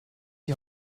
die